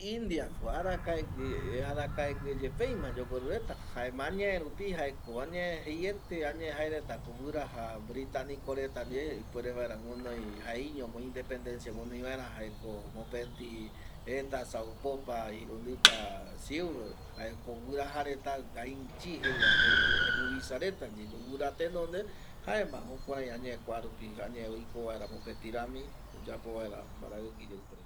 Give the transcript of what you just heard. Indiako arakaegue yepeaima yogueru yoguireko reta jaema jaema añaerupi jaeko añae jeiete añae jaeretako guiraja Britanico reta ndie ipuere vaera guinoi jaeiño independencia guinoi vaera jaeko mopeti eta saupopa irundipa siu jaeko guiraja reta gainchi jeiva je juvisa reta ndie yoguira tenonde jaema jukurai añae kuarupi añae oiko vaera mopetirami oyapo vaera mbaravɨkɨ iyeɨpe reta